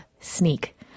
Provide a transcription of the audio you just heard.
Sneak